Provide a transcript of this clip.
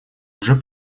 уже